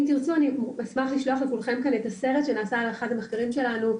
אם תרצו אני אשמח לשלוח לכולכם את הסרט שנעשה על אחד המחקרים שלנו,